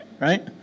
right